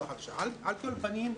על כל פנים,